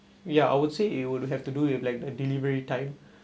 ya I would say it would have to do with like delivery time